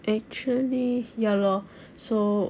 actually ya lor so